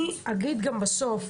אני אגיד גם בסוף,